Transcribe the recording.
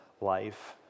life